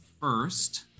first